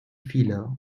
viele